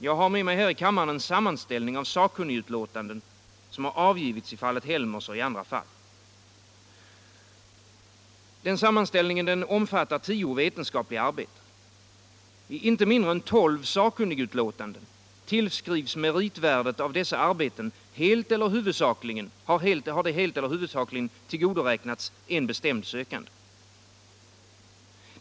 Jag har med mig här i kammaren en sammanställning av sakkunnigutlåtanden som avgivits i fallet Helmers och i andra fall. Den omfattar tio vetenskapliga arbeten. I inte mindre än tolv sakkunnigutlåtanden har meritvärdet av dessa arbeten helt eller huvudsakligen tillgodoräknats en bestämd sökande.